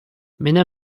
mena